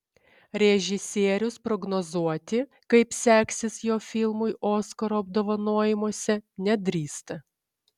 režisierius prognozuoti kaip seksis jo filmui oskaro apdovanojimuose nedrįsta